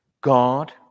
God